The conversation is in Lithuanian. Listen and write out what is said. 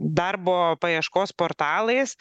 darbo paieškos portalais